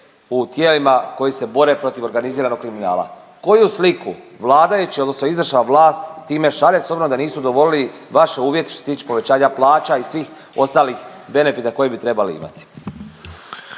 u tijelima koji se bore protiv organiziranog kriminala, koju sliku vladajući odnosno izvršna vlast time šalje s obzirom da nisu udovoljili vašem uvjetu što se tiče povećanja plaća i svih ostalih benefita koje bi trebali imati?